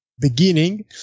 beginning